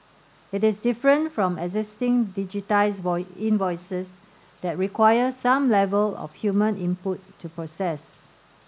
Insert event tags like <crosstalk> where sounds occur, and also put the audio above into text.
it is different from existing digitised <unintelligible> invoices that require some level of human input to process